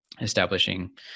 establishing